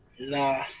Nah